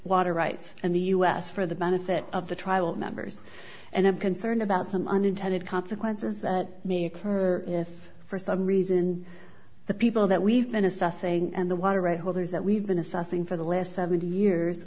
water rights and the us for the benefit of the tribal members and i'm concerned about some unintended consequences that may occur if for some reason the people that we've been assessing and the water rights holders that we've been assessing for the last seventy years